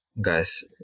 guys